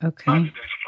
Okay